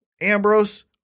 ambrose